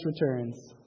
returns